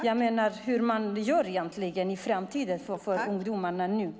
Vad gör man egentligen för ungdomarnas framtid?